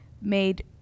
made